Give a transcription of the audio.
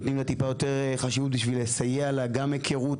נותנים לה טיפה יותר חשיבות בשביל לסייע לה גם היכרות